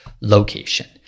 location